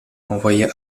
envoya